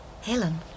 Helen